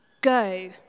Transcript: go